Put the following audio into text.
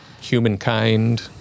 humankind